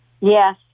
Yes